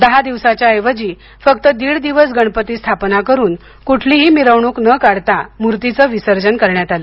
दहा दिवसाच्या ऐवजी फक्त दिड दिवस गणपती स्थापना करून क्ठलीही मिरवणूक न काढता मूर्तीचं विसर्जन करण्यात आले